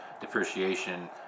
depreciation